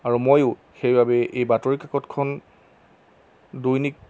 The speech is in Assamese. আৰু ময়ো সেইবাবে এই বাতৰি কাকতখন দৈনিক